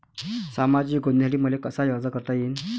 सामाजिक योजनेसाठी मले कसा अर्ज करता येईन?